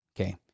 Okay